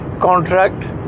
contract